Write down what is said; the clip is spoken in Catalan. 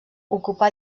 ocupà